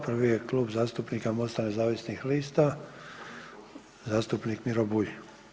Prvi je Klub zastupnika MOST-a nezavisnih lista, zastupnik Miro Bulj.